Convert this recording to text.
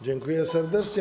Dziękuję serdecznie.